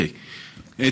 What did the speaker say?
תודה, אדוני.